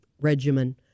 regimen